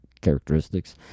characteristics